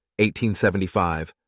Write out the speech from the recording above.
1875